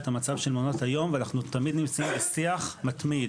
את מצב מעונות היום ואנחנו תמיד נמצאים בשיח מתמיד,